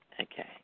Okay